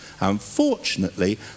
unfortunately